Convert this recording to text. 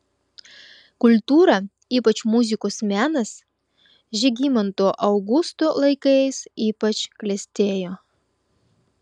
kultūra ypač muzikos menas žygimanto augusto laikais ypač klestėjo